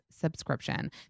subscription